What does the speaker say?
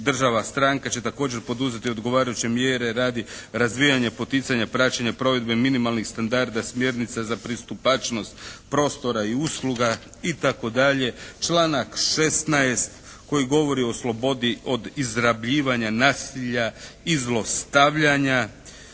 država stranka će također poduzeti odgovarajuće mjere radi razvijanja, poticanja, praćenja provedbe minimalnih standarda, smjernica za pristupačnost prostora i usluga itd. Članak 16. koji govori o slobodi od izrabljivanja, nasilja i zlostavljanja.